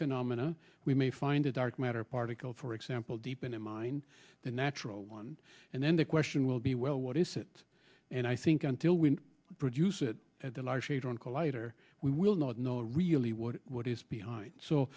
phenomena we may find a dark matter particle for example deep in the mine the natural one and then the question will be well what is it and i think until we produce it at the large hadron collider we will not know really what what is behind